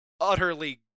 utterly